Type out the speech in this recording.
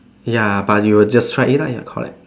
ya but you will just try it lah ya correct